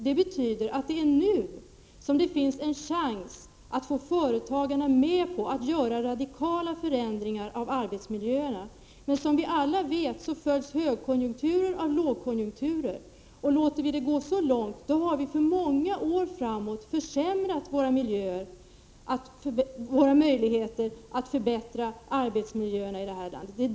Det betyder att det är nu som det finns en chans att få företagen att gå med på att göra radikala förändringar i arbetsmiljöerna. Men som vi alla vet följs högkonjunkturer av lågkonjunktu rer. Låter vi det gå så långt har vi för många år framåt försämrat våra möjligheter att förbättra arbetsmiljöerna i det här landet.